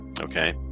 okay